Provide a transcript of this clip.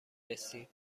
رسیم